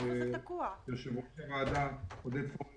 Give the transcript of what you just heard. אדוני יושב-ראש הוועדה עודד פורר,